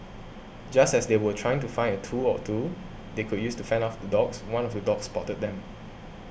just as they were trying to find a tool or two they could use to fend off the dogs one of the dogs spotted them